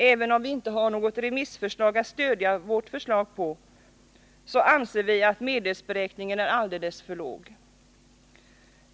Även om vi inte har några remissförslag att stödja vårt förslag på, anser vi att medelsberäkningen är alldeles för låg.